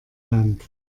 land